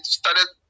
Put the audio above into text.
started